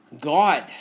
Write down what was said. God